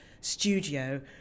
studio